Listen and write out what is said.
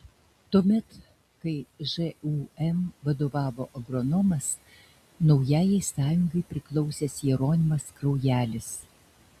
tuomet kai žūm vadovavo agronomas naujajai sąjungai priklausęs jeronimas kraujelis